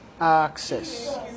access